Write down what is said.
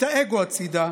את האגו הצידה,